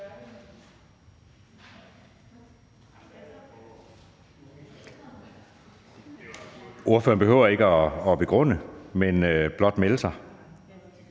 Ordføreren behøver ikke at begrunde forslaget, men blot melde sig.